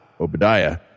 Obadiah